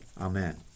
Amen